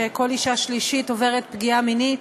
שכל אישה שלישית עוברת פגיעה מינית,